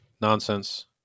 nonsense